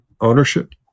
Ownership